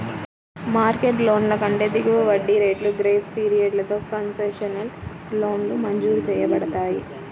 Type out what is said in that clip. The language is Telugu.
మార్కెట్ లోన్ల కంటే దిగువ వడ్డీ రేట్లు, గ్రేస్ పీరియడ్లతో కన్సెషనల్ లోన్లు మంజూరు చేయబడతాయి